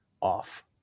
off